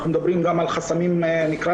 אנחנו מדברים גם על חסמים משפטיים.